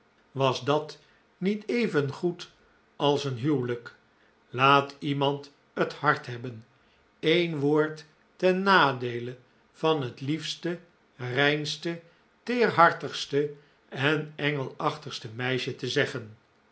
was dat niet even goed als een huwelijk laat iemand het hart hebben een woord ten nadeele van het liefste reinste teerhartigste en engelachtigste meisje te zeggen